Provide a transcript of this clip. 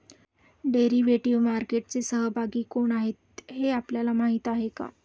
Derivative मार्केटचे सहभागी कोण आहेत हे आपल्याला माहित आहे का?